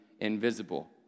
invisible